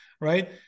right